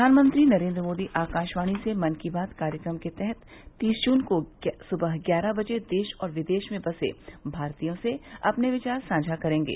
प्रधानमंत्री नरेन्द्र मोदी आकाशवाणी से मन की बात कार्यक्रम के तहत तीस जून को सुबह ग्यारह बजे देश और विदेश में बसे भारतीयों से अपने विचार साझा करेंगे